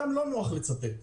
אותם לא נוח לצטט.